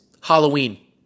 Halloween